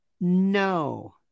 No